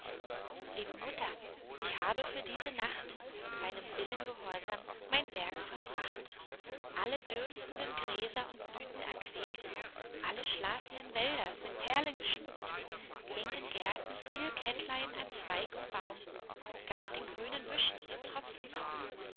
liebe mutter ich habe für diese nacht deinem willen gehorsam mein werk vollbracht alle dürstenden gräser und blüten erquickt alle schlafenden wälder mit perlen geschmückt hing in gärten viel kettlein an zweig und baum gab den grünen büschen den